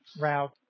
route